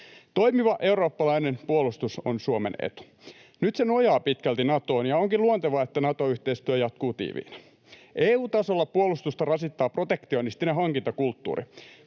Toimiva eurooppalainen puolustus on Suomen etu. Nyt se nojaa pitkälti Natoon, ja onkin luontevaa, että Nato-yhteistyö jatkuu tiiviinä. EU-tasolla puolustusta rasittaa protektionistinen hankintakulttuuri: